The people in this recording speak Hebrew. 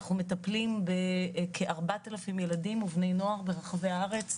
אנחנו מטפלים בכ-4,000 ילדים ובני נוער ברחבי הארץ,